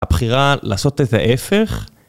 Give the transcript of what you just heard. הבחירה לעשות את ההפך.